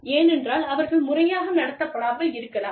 ஏனென்றால் அவர்கள் முறையாக நடத்தப்படாமல் இருக்கலாம்